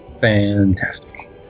Fantastic